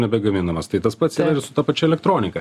nebegaminamas tai tas pats su ta pačia elektronika